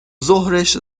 ظهرش